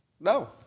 No